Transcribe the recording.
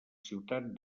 ciutat